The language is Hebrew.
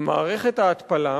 מערכת ההתפלה,